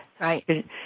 Right